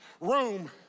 room